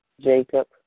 Jacob